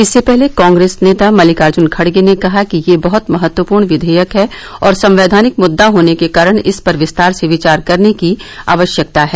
इससे पहले कांग्रेस नेता मल्लिकार्जुन खड़गे ने कहा कि यह बहुत महत्वपूर्ण विधेयक है और संवैधानिक मुद्दा होने के कारण इस पर विस्तार से विचार करने की आवश्यकता है